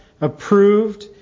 approved